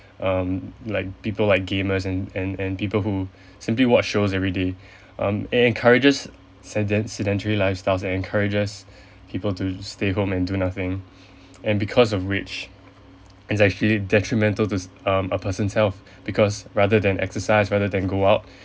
um like people like gamers and and and people who simply watch shows everyday um it encourages seden~ sedentary lifestyles and encourages people to stay home and do nothing and because of which it's actually detrimental to um a person's health because rather than exercise rather than go out